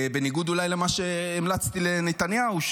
בניגוד אולי למה שהמלצתי לנתניהו,